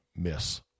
miss